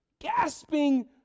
gasping